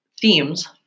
themes